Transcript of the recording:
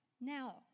Now